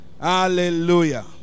hallelujah